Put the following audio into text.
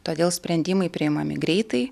todėl sprendimai priimami greitai